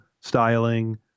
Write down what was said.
styling